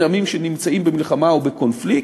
בין עמים שנמצאים במלחמה או בקונפליקט,